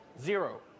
Zero